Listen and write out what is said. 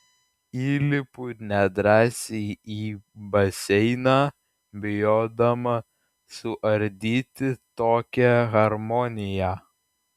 įlipu nedrąsiai į baseiną bijodama suardyti tokią harmoniją